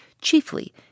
chiefly